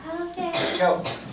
Okay